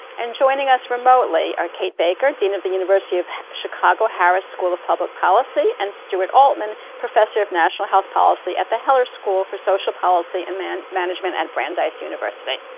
and joining us remotely are kate baicker, dean of the university of chicago harris school of public policy, and stuart altman, professor of national health policy at the heller school for social policy and management at brandeis university.